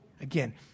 Again